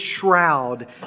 shroud